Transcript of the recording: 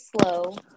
slow